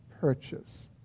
purchase